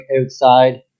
outside